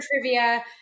trivia